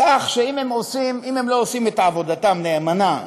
כך שאם הם לא עושים את עבודתם נאמנה,